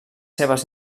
seves